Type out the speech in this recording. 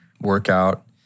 Workout